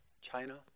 China